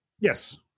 Yes